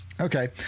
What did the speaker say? Okay